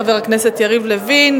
חבר הכנסת יריב לוין.